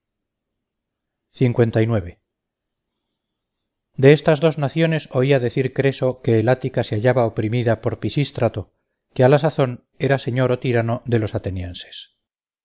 hacer grandes progresos de estas dos naciones oía decir creso que el ática se hallaba oprimida por pisístrato que a la sazón era señor o tirano do los atenienses